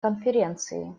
конференции